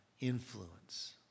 influence